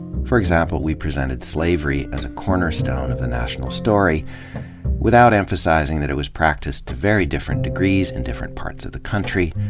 for example, we presented slavery as a cornerstone of the national story without emphasizing that it was practiced to very different degrees in different parts of the country,